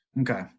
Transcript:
Okay